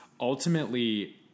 Ultimately